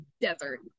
desert